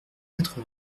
quatre